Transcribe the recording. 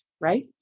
right